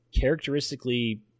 characteristically